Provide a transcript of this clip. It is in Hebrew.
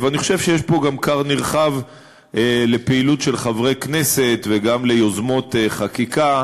אני חושב שיש פה גם כר נרחב לפעילות של חברי כנסת וגם ליוזמות חקיקה,